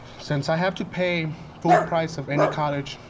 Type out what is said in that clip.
since i have to pay full price of any college,